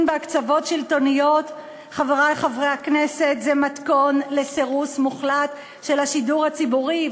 בהקצבות שלטוניות זה מתכון לסירוס מוחלט של השידור הציבורי.